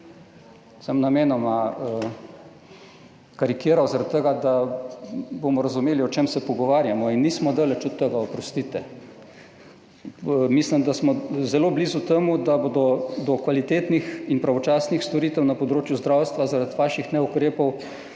Namenoma sem karikiral zaradi tega, da bomo razumeli, o čem se pogovarjamo. In nismo daleč od tega, oprostite. Mislim, da smo zelo blizu temu, da bodo do kvalitetnih in pravočasnih storitev na področju zdravstva zaradi vaših neukrepov